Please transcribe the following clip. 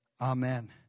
Amen